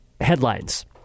headlines